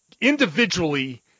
individually